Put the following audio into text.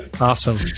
Awesome